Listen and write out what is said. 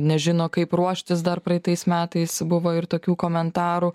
nežino kaip ruoštis dar praeitais metais buvo ir tokių komentarų